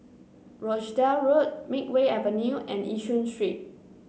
Rochdale Road Makeway Avenue and Yishun Street